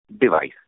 device